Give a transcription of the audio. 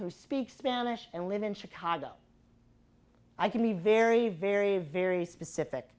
who speak spanish and live in chicago i can be very very very specific